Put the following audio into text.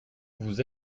vous